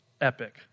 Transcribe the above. epic